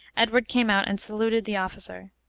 edward came out and saluted the officer.